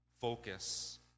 focus